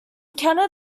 canada